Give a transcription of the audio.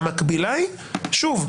והמקבילה היא שוב,